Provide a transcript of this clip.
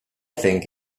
think